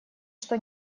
что